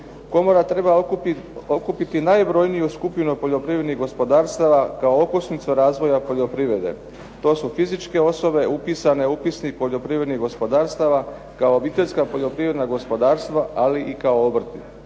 Komora treba okupiti najbrojniju skupinu poljoprivrednih gospodarstava kao okosnicu razvoja poljoprivrede. To su fizičke osobe upisane u upisnik poljoprivrednih gospodarstava kao obiteljska poljoprivredna gospodarstva ali i kao obrti.